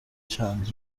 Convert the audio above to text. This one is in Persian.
چند